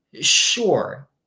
sure